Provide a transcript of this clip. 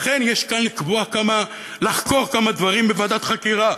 לכן, יש כאן לחקור כמה דברים בוועדת חקירה.